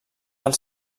els